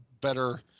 better